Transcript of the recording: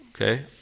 Okay